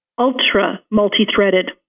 ultra-multi-threaded